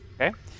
Okay